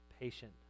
patient